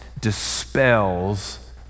dispels